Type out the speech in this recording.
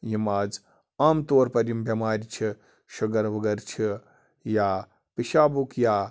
یِم آز عام طور پَر یِم بٮ۪مارِ چھِ شُگر وُگر چھِ یا پِشابُک یا